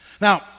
Now